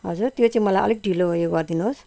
हजुर त्यो चाहिँ मलाई अलिक ढिलो उयो गरिदिनुहोस्